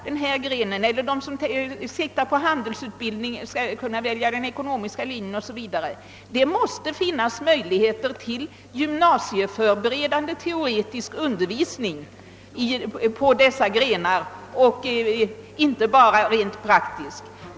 De som siktar på handelsutbildning skall kunna välja den ekonomiska linjen 0. S. v. Det måste finnas möjligheter till gymnasieförberedande teoretisk undervisning i dessa grenar och inte bara rent praktisk undervisning.